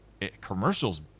commercials